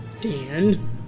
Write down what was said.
Dan